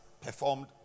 performed